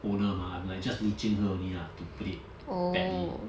owner mah I'm like just leeching her only ah to play badly